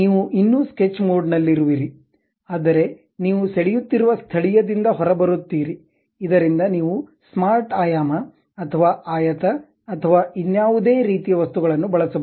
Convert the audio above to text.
ನೀವು ಇನ್ನೂ sketch mode ನಲ್ಲಿರುವಿರಿ ಆದರೆ ನೀವು ಸೆಳೆಯುತ್ತಿರುವ ಸ್ಥಳೀಯ ದಿಂದ ಹೊರಬರುತ್ತೀರಿ ಇದರಿಂದ ನೀವು ಸ್ಮಾರ್ಟ್ ಆಯಾಮ ಅಥವಾ ಆಯತ ಅಥವಾ ಇನ್ನಾವುದೇ ರೀತಿಯ ವಸ್ತುಗಳನ್ನು ಬಳಸಬಹುದು